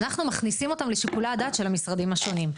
אנחנו מכניסים אותם לשיקולי הדעת של המשרדים השונים.